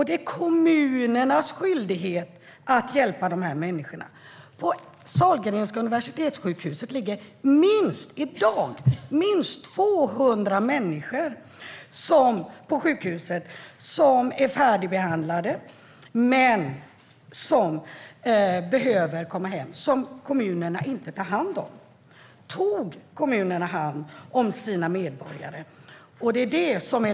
Det är kommunernas skyldighet att hjälpa de här människorna. På Sahlgrenska Universitetssjukhuset ligger i dag minst 200 människor som är färdigbehandlade och behöver komma hem men som kommunerna inte tar hand om.